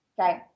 Okay